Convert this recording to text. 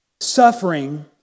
Suffering